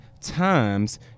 times